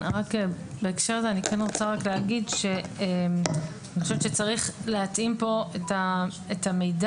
בהקשר הזה, אני חושבת שצריך להתאים פה את המידע.